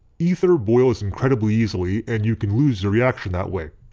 ether boils incredibly easily and you can lose your reaction that way.